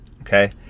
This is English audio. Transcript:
Okay